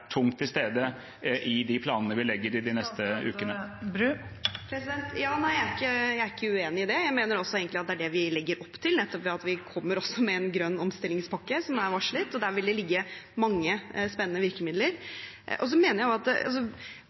ikke uenig i det. Jeg mener også at det er det vi legger opp til, nettopp ved at vi kommer med en grønn omstillingspakke, som er varslet, og der vil det ligge mange spennende virkemidler. Hvis man tenker på selve skatteforslaget, mener jeg at det er begrenset rom der. Det er et skattesystem, og